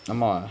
some more